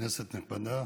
כנסת נכבדה,